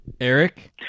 Eric